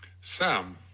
Sam